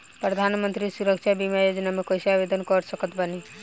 प्रधानमंत्री सुरक्षा बीमा योजना मे कैसे आवेदन कर सकत बानी?